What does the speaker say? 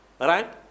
Right